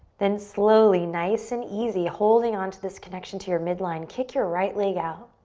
then slowly, nice and easy, holding on to this connection to your midline, kick your right leg out.